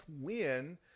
win